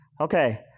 Okay